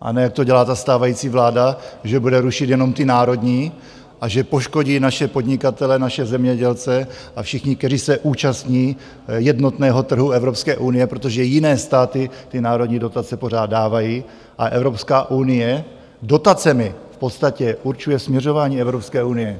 a ne jak to dělá stávající vláda, že bude rušit jenom ty národní a že poškodí naše podnikatele, naše zemědělce a všechny, kteří se účastní jednotného trhu Evropské unie, protože jiné státy ty národní dotace pořád dávají, a Evropská unie dotacemi v podstatě určuje směřování Evropské unie.